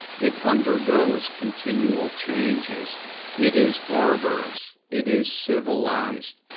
it undergoes continual changes it is barbarous, it is civilized,